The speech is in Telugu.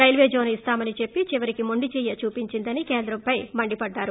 రైల్వే జోన్ ఇస్తామని చెప్పి చివరికి మొండిచెయ్యి చూపించిందని కేంద్రంపై మండిపడ్డారు